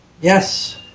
Yes